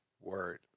word